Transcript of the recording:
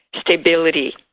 stability